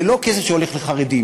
זה לא כסף שהולך לחרדים,